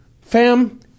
Fam